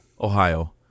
Ohio